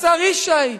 השר ישי.